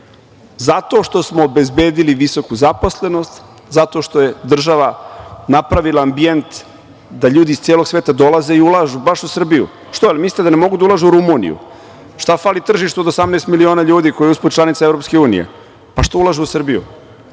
zato što smo obezbedili visoku zaposlenost, zato što je država napravila ambijent da ljudi iz celog sveta dolaze i ulažu baš u Srbiju. Što? Jel mislite da ne mogu da ulažu u Rumuniju? Šta fali tržištu od 18 miliona ljudi, koja je usput članica EU? Što ulažu u Srbiju? Zato